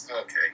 Okay